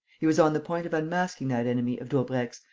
he was on the point of unmasking that enemy of daubrecq's,